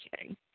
kidding